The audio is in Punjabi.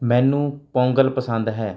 ਮੈਨੂੰ ਪੋਂਗਲ ਪਸੰਦ ਹੈ